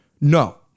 No